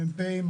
המ"פים,